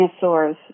dinosaurs